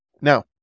Now